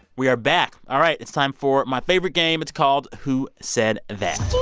we are back. all right. it's time for my favorite game. it's called who said that?